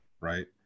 right